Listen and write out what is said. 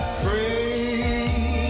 pray